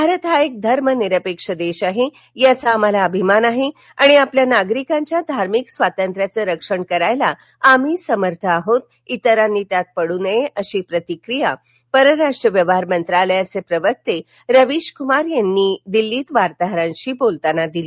भारत हा एक धर्मनिरपेक्ष देश आहे त्याचा आम्हाला अभिमान आहे आणि आपल्या नागरिकांच्या धार्मिक स्वातंत्र्याचं रक्षण करण्यास समर्थ आहे इतरांनी त्यात पडू नये अशी प्रतिक्रिया परराष्ट्र व्यवहार मंत्रालयाचे प्रवक्ते रवीश कुमार यांनी दिल्लीत वार्ताहरांशी बोलताना दिली